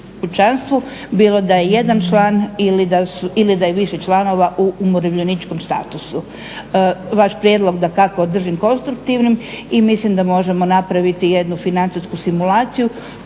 kućanstvu bilo da je jedan član ili da je više članova u umirovljeničkom statusu. Vaš prijedlog dakako držim konstruktivnim i mislim da možemo napraviti jednu financijsku simulaciju